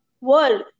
world